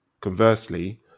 conversely